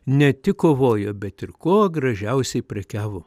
ne tik kovojo bet ir kuo gražiausiai prekiavo